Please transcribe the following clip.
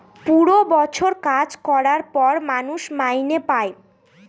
পুরো বছর ধরে কাজ করার পর মানুষ মাইনে পাই